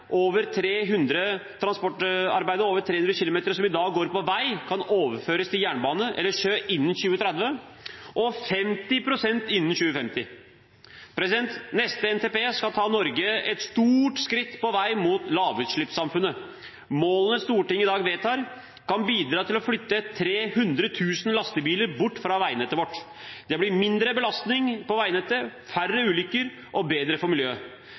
over 300 kilometer som i dag går på vei, kan overføres til jernbane eller sjø innen 2030, og 50 pst. innen 2050. Neste NTP skal ta Norge et stort skritt på vei mot lavutslippssamfunnet. Målene Stortinget i dag vedtar, kan bidra til å flytte 300 000 lastebiler bort fra veinettet vårt. Det blir mindre belastning på veinettet, færre ulykker og bedre for miljøet.